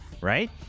right